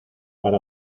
para